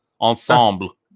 ensemble